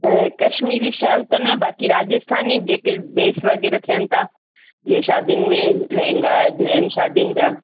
Kashmiri shawl त न बाक़ी राजस्थानी जेके बेस वग़ैरह थियनि था या शादियुनि में लहेंगा आहिनि शादियुनि जा